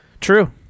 true